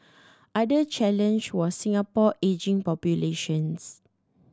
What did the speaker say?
other challenge was Singapore ageing population